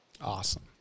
Awesome